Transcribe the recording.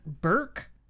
Burke